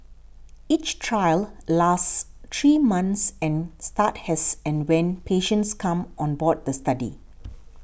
each trial lasts three months and start as and when patients come on board the study